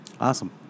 Awesome